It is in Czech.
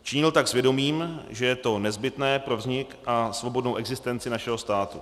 Činil tak s vědomím, že je to nezbytné pro vznik a svobodnou existenci našeho státu.